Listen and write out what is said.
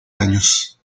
años